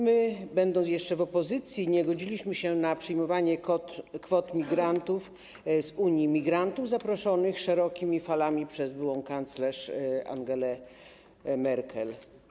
My, będąc jeszcze w opozycji, nie godziliśmy się na przyjmowanie migrantów z Unii zaproszonych szerokimi falami przez byłą kanclerz Angelę Merkel.